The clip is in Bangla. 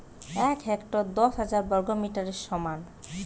এক হেক্টর দশ হাজার বর্গমিটারের সমান